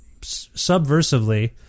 subversively